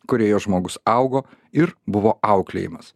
kurioje žmogus augo ir buvo auklėjamas